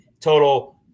total –